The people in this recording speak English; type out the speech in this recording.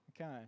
okay